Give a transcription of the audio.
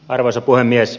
arvoisa puhemies